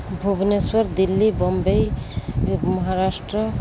Bhubaneswar Delhi Mumbai Maharashtra